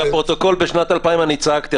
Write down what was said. לפרוטוקול בשנת 2000 אני צעקתי,